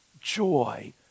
joy